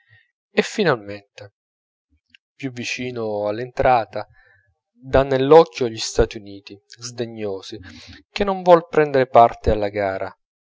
e finalmente più vicino all'entrata dan nell'occhio gli stati uniti sdegnosi che non vollero prender parte alla gara